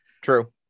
True